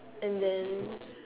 and then